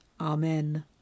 Amen